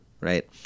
Right